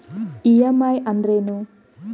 EMI ಅಂದ್ರೇನು?